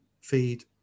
feed